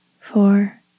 Four